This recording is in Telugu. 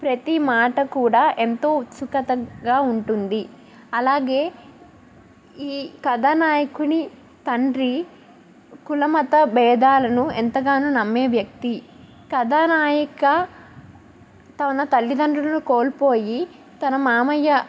ప్రతి మాట కూడా ఎంతో ఉస్తుకథంగా ఉంటుంది అలాగే ఈ కథానాయకుని తండ్రి కులమత బేధాలను ఎంతగానో నమ్మే వ్యక్తి కథానయిక తన తల్లిదండ్రులను కోల్పోయి తన మామయ్య